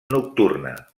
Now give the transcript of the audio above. nocturna